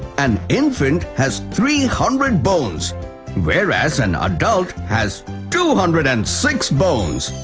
an infant has three hundred bones whereas an adult has two hundred and six bones.